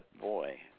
Boy